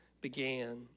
began